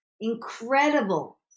incredible